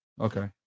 Okay